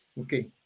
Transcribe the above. Okay